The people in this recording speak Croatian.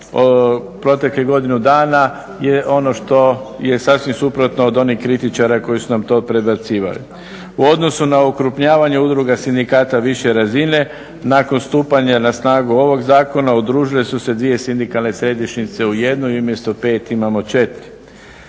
proteklih godinu dana je ono što je sasvim suprotno od onih kritičara koji su nam to predbacivali. U odnosu na okrupnjavanje udruga sindikata više razine nakon stupanja na snagu ovoga zakona udružile su se dvije sindikalne središnjice u jednu i umjesto 5 imamo 4.